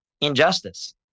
injustice